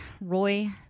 Roy